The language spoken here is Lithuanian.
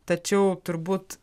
tačiau turbūt